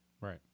right